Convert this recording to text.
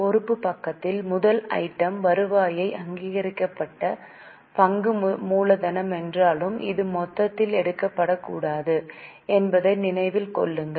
பொறுப்பு பக்கத்தில் முதல் ஐட்டம் வருவாய் அங்கீகரிக்கப்பட்ட பங்கு மூலதனம் என்றாலும் இது மொத்தத்தில் எடுக்கப்படக்கூடாது என்பதை நினைவில் கொள்ளுங்கள்